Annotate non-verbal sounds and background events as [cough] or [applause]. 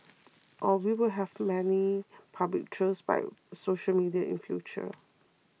or we will have many [noise] public trials by social media in future